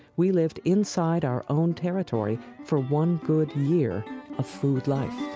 we lived inside our own territory for one good year of food life.